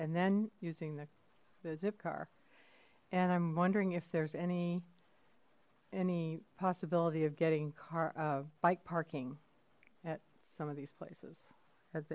and then using the zip car and i'm wondering if there's any any possibility of getting car of bike parking at some of these places